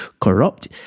corrupt